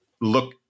look